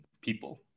people